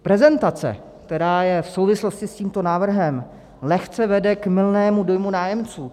Prezentace, která je v souvislosti s tímto návrhem, lehce vede k mylnému dojmu nájemců.